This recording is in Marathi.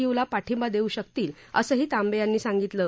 यूला पाठिंबा देऊ शकतील असंही तांबे यांनी सांगितलं आहे